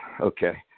Okay